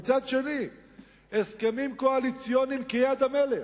ומצד שני הסכמים קואליציוניים כיד המלך,